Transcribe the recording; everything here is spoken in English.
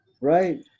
Right